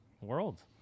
world